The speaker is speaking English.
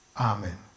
Amen